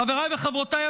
חבריי וחברותיי,